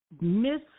Miss